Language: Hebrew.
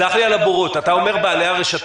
סלח לי על הבורות: אתה אומר שזה בעלי הרשתות.